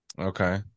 Okay